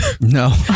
No